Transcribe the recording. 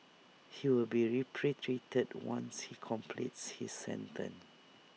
he will be repatriated once he completes his sentence